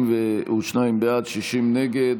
52 בעד, 60 נגד.